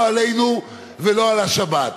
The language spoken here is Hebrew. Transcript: לא עלינו ולא על השבת.